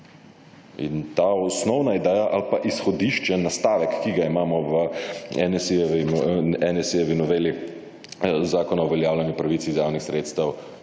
in ta osnovna ideja ali pa izhodišče, nastavek, ki ga imamo v NSi-jevi noveli Zakona o uveljavljanju pravic iz javnih sredstev